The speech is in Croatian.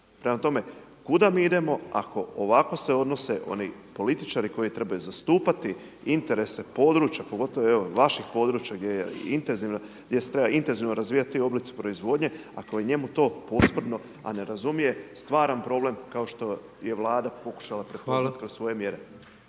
Prema tome, kuda mi idemo ako ovako se odnose oni političari koji trebaju zastupati interese područja, pogotovo, evo, vaših područja gdje se treba intenzivno razvijati ti oblici proizvodnje, ako je njemu to posprdno, a ne razumije stvaran problem kao što je Vlada pokušala prihvatiti…/Upadica: Hvala/…kroz svoje mjere.